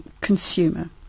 consumer